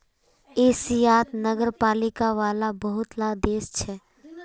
एशियात नगरपालिका वाला बहुत ला देश छे